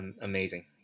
Amazing